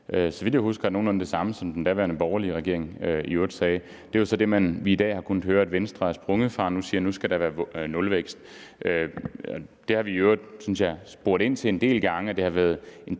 så vidt jeg husker, nogenlunde det samme, den daværende borgerlige regering sagde. Det, vi så i dag har kunne høre, er, at det er Venstre sprunget fra og siger, at nu skal der være nulvækst. Vi har i øvrigt spurgt ind til det en del gange, og det har været